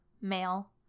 male